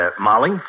Molly